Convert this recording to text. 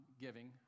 giving